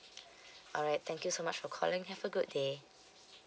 alright thank you so much for calling have a good day